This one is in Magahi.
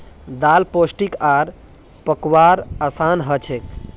दाल पोष्टिक आर पकव्वार असान हछेक